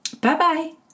bye-bye